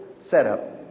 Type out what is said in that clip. setup